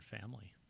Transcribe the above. family